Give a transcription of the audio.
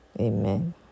Amen